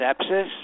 sepsis